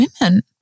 women